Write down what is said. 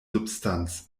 substanz